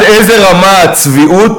שמסייעים.